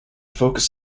focus